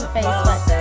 Facebook